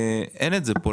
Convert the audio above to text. אין את זה פה.